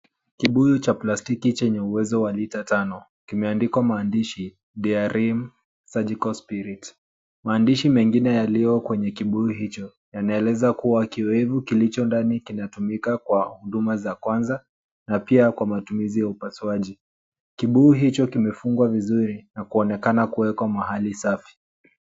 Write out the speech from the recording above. Kibuyu cha plastiki chenye uwezo wa lita tano kimeandikwa maandishi Diarim Surgical spirit . Maandishi mengine yaliyo kwenye kibuyu hicho yanaeleza kuwa kiwevu kilicho ndani kinatumika kwa huduma za kwanza na pia kwa matumizi ya upasuaji. Kibuu hicho kimefungwa vizuri na kuonekana kuwekwa mahali safi.